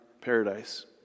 paradise